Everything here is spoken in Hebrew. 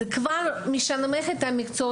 זה כבר משנמך את המקצוע,